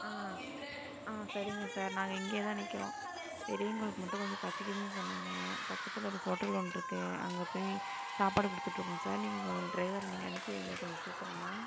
ஆ ஆ சரிங்க சார் நாங்கள் இங்கேயே தான் நிற்கிறோம் பெரியவங்களுக்கு மட்டும் கொஞ்சம் பசிக்குதுன்னு சொன்னாங்க பக்கத்தில் ஒரு ஹோட்டல் ஒன்று இருக்கு அங்கே போய் சாப்பாடு கொடுத்துட்ருக்கோம் சார் நீங்கள் உங்க டிரைவரை நீங்கள் அனுப்பி வைங்க கொஞ்சம் சீக்கிரமாக